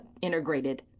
integrated